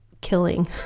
killing